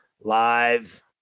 live